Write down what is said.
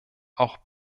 auch